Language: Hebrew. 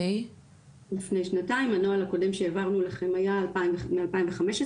הנוהל האחרון שהעברנו לכם היה משנת 2015,